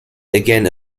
again